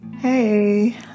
Hey